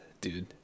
dude